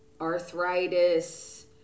arthritis